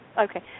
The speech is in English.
okay